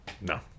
No